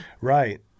Right